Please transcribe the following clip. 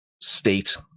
state